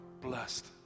blessed